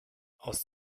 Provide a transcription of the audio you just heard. aus